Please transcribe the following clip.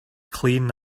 clean